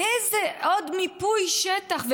איזה עוד מיפוי שטח?